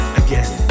again